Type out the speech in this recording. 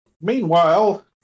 Meanwhile